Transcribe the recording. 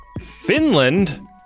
Finland